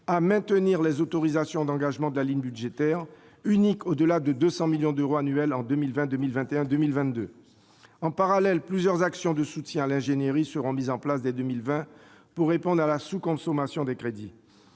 à maintenir les autorisations d'engagement de la ligne budgétaire unique au-delà de 200 millions d'euros annuels en 2020, 2021 et 2022. En parallèle, plusieurs actions de soutien à l'ingénierie seront mises en place dès 2020 pour répondre à la sous-consommation des crédits.